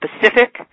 Pacific